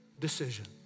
decision